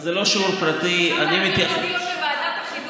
זה לא שיעור פרטי, בוועדת החינוך.